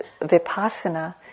vipassana